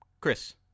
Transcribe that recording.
Chris